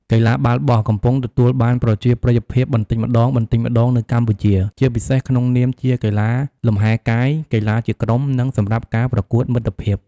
កីឡាបាល់បោះកំពុងទទួលបានប្រជាប្រិយភាពបន្តិចម្តងៗនៅកម្ពុជា ជាពិសេសក្នុងនាមជាកីឡាលំហែកាយ កីឡាជាក្រុម និងសម្រាប់ការប្រកួតមិត្តភាព។